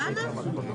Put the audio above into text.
בסדר.